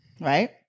right